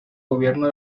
gobierno